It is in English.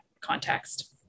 context